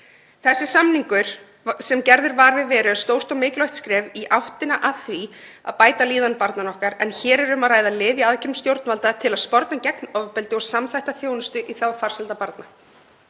Þessi samningur sem gerður var við Veru er stórt og mikilvægt skref í áttina að því að bæta líðan barnanna okkar en hér er um að ræða lið í aðgerðum stjórnvalda til að sporna gegn ofbeldi og samþætta þjónustu í þágu farsældar barna.